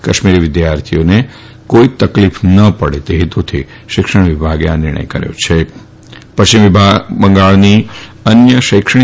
કાશ્મીરી વિદ્યાર્થીઓને કોઈ તકલીફ ન પડે તે હેતુથી શિક્ષણ વિભાગે આ નિર્ણય કર્યો છેપશ્ચિમ બંગાળની અન્ય શૈક્ષણ